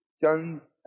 Jones